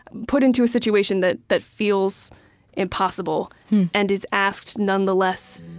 put into a situation that that feels impossible and is asked, nonetheless,